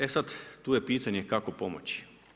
E sad, tu je pitanje kako pomoći.